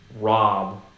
Rob